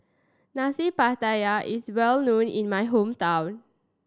Nasi Pattaya is well known in my hometown